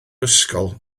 ysgol